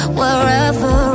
wherever